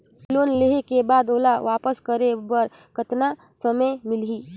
Loan लेहे के बाद ओला वापस करे बर कतना समय मिलही?